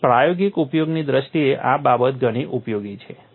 પણ પ્રાયોગિક ઉપયોગની દૃષ્ટિએ આ બાબત ઘણી ઉપયોગી છે